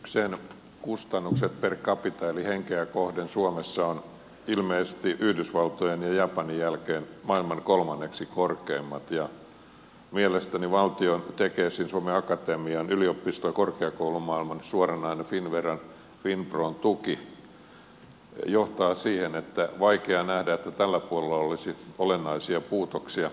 tuotekehityksen kustannukset per capita eli henkeä kohden suomessa ovat ilmeisesti yhdysvaltojen ja japanin jälkeen maailman kolmanneksi korkeimmat ja mielestäni valtion tekesin suomen akatemian yliopisto ja korkeakoulumaailman suoranainen finnveran finpron tuki johtaa siihen että on vaikea nähdä että tällä puolella olisi olennaisia puutoksia